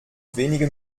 wenige